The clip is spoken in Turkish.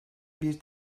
bir